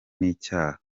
n’icyaha